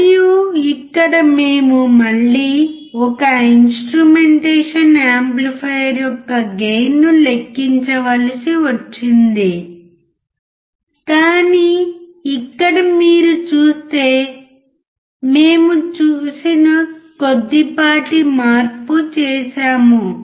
మరియు ఇక్కడ మేము మళ్ళీ ఒక ఇన్స్ట్రుమెంటేషన్ యాంప్లిఫైయర్ యొక్క గెయిన్ను లెక్కించవలసి వచ్చింది కానీ ఇక్కడ మీరు చూస్తే మేము చేసిన కొద్దిపాటి మార్పు చేసాము